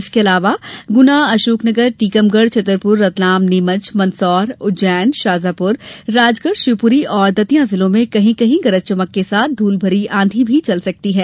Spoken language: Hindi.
इसके अलावा गुना अशोकनगर टीकमगढ़ छतरपुर रतलाम नीमच मंदसौर उज्जैन शाजापुर राजगढ़ शिवपूरी और दतिया जिलों में कहीं कहीं गरज चमक के साथ धूलभरी आंधी भी चल सकती है